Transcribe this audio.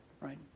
right